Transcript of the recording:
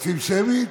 רוצים שמית?